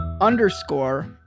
underscore